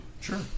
Sure